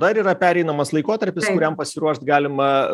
dar yra pereinamas laikotarpis kuriam pasiruošt galima